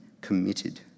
committed